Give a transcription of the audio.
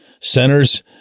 centers